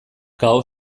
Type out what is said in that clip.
kao